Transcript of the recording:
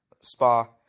Spa